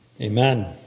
Amen